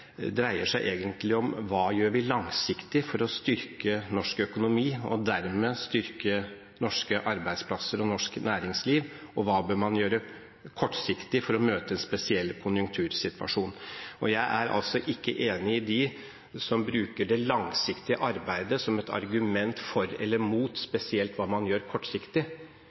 dreier seg egentlig om hva vi gjør langsiktig for å styrke norsk økonomi og dermed styrke norske arbeidsplasser og norsk næringsliv, og hva man bør gjøre kortsiktig for å møte en spesiell konjunktursituasjon. Jeg er altså ikke enig med dem som bruker det langsiktige arbeidet som et argument for eller mot spesielt hva man gjør kortsiktig,